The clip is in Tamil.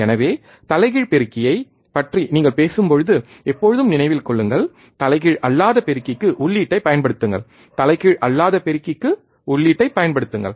எனவே தலைகீழ் பெருக்கியைப் பற்றி நீங்கள் பேசும்போது எப்போதும் நினைவில் கொள்ளுங்கள் தலைகீழ் அல்லாத பெருக்கிக்கு உள்ளீட்டைப் பயன்படுத்துங்கள் தலைகீழ் அல்லாத பெருக்கிக்கு உள்ளீட்டைப் பயன்படுத்துங்கள்